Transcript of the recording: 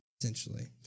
essentially